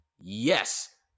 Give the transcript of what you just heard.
yes